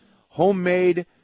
homemade